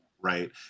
right